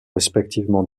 respectivement